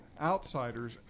Outsiders